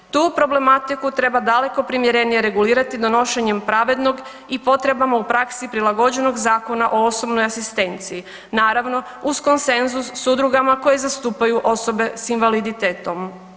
Tu problematiku treba daleko primjerenije regulirati donošenje pravednog i potrebama u praksi prilagođenog Zakona o osobnoj asistenciji, naravno, uz konsenzus s udrugama koje zastupaju osobe sa invaliditetom.